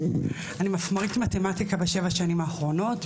אני מפמ"רית מתמטיקה בשבע השנים האחרונות,